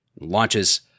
launches